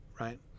right